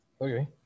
Okay